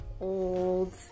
Old